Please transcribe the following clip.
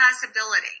possibility